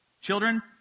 Children